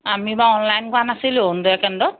আমি বাৰু অনলাইন কৰা নাছিলোঁ অৰুণোদয় কেন্দ্ৰত